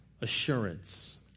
assurance